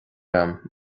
agam